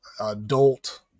adult